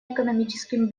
экономическим